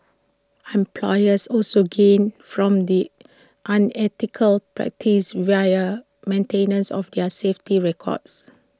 employers also gain from the unethical practice via maintenance of their safety records